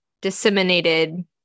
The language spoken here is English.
disseminated